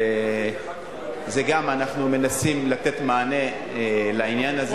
אנחנו מנסים לתת מענה לעניין הזה.